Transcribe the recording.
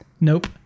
nope